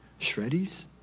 shreddies